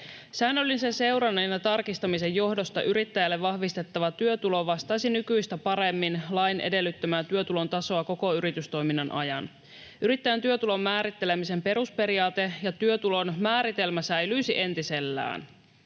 Säännöllisen seurannan ja tarkistamisen johdosta yrittäjälle vahvistettava työtulo vastaisi nykyistä paremmin lain edellyttämää työtulon tasoa koko yritystoiminnan ajan. Yrittäjän työtulon määrittelemisen perusperiaate ja työtulon määritelmä säilyisivät entisellään.